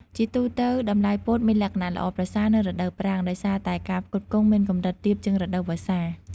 ជាទូទៅ តម្លៃពោតមានលក្ខណៈល្អប្រសើរនៅរដូវប្រាំង ដោយសារតែការផ្គត់ផ្គង់មានកម្រិតទាបជាងរដូវវស្សា។